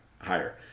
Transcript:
higher